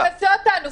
מיקי, תנסה אותנו.